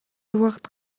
убакыт